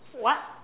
what